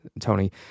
Tony